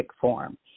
form